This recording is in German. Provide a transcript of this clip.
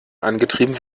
angetrieben